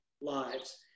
lives